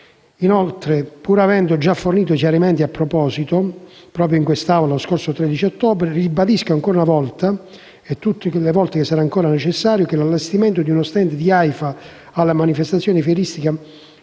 Pur avendo già fornito chiarimenti in proposito, proprio in quest'Aula, lo scorso 13 ottobre, ribadisco ancora una volta, e tutte le volte che sarà ancora necessario, che l'allestimento di uno *stand* di AIFA alla manifestazione fieristica